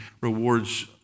rewards